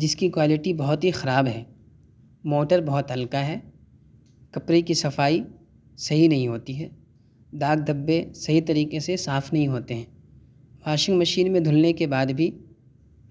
جس کی کوالیٹی بہت ہی خراب ہے موٹر بہت ہلکا ہے کپڑے کی صفائی صحیح نہیں ہوتی ہے داغ دھبے صحیح طریقے سے صاف نہیں ہوتے ہیں واشنگ مشین میں دھلنے کے بعد بھی